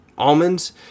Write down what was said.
Almonds